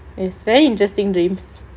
it's a very interesting dream